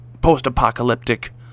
post-apocalyptic